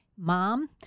mom